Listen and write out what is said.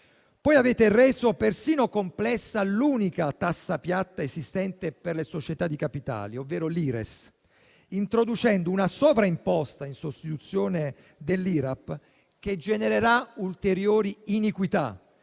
poi reso persino complessa l'unica tassa piatta esistente per le società di capitali, ovvero l'Ires, introducendo una sovraimposta in sostituzione dell'IRAP, che genererà ulteriori iniquità,